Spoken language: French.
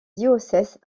diocèse